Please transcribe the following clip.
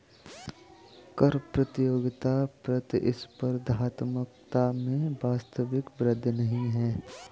कर प्रतियोगिता प्रतिस्पर्धात्मकता में वास्तविक वृद्धि नहीं है